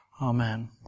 Amen